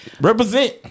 Represent